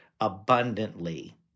abundantly